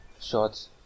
shots